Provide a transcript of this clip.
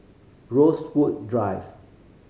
Rosewood Drive